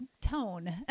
tone